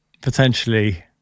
potentially